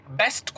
best